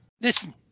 listen